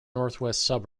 northwestern